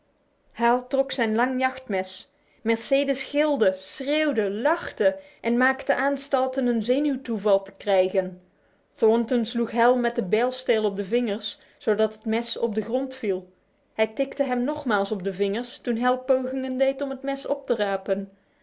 hal trok zijn lange jachtmes mercedes gilde schreeuwde lachte en maakte aanstalten een zenuwtoeval te krijgen thornton sloeg hal met de bijisteel op de vingers zodat het mes op de grond viel hij tikte hem nogmaals op de vingers toen hal pogingen deed om het mes op te rapen